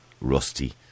rusty